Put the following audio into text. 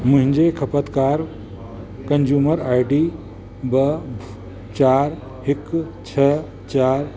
मुंहिंजे खपतकार consumer ID ॿ चारि हिकु छह चार